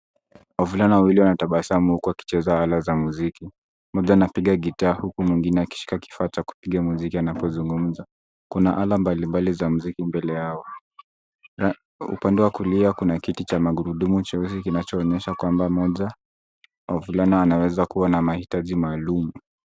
Wavulana wawili wanatabasamu huku wakicheza ala za muziki. Mmmoja anapiga gita huku mwingine akishika kifaa cha kupiga muziki anapozungumza. Kuna ala mbalimbali za muziki mbele yao. Upande wa kulia kuna kiti cha magurudumu cheusi kinachoonyesha kwamba mmoja wa wavulana anaweza kuwa na mahitaji maalum.